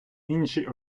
інші